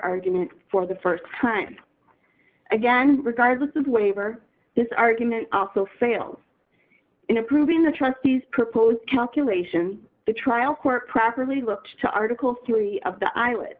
argument for the st time again regardless of waiver this argument also failed in approving the trustees proposed calculation the trial court properly looked to article three of the isl